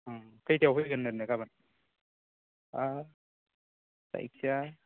उम खैथायाव फैगोननो गाबोन ओ जायखिया